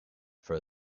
for